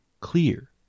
clear